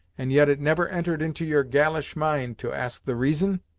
and yet it never entered into your galish mind to ask the reason?